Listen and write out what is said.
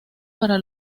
para